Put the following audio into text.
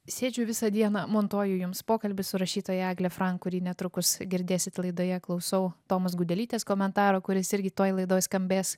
sėdžiu visą dieną montuoju jums pokalbį su rašytoja egle frank kurį netrukus girdėsit laidoje klausau tomos gudelytės komentaro kuris irgi toj laidoj skambės